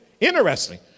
Interesting